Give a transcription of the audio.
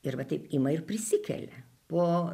ir va taip ima ir prisikelia po